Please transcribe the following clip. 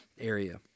area